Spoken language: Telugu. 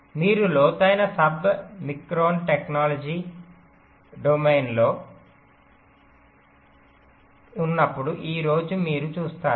మీరు లోతైన సబ్మిక్రోన్ టెక్నాలజీ డొమైన్లో ఉన్నప్పుడు ఈ రోజు మీరు చూస్తారు